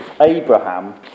Abraham